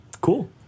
Cool